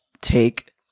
take